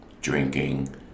drinking